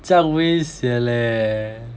这样危险 leh